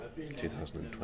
2020